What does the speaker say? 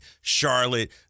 Charlotte